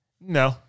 No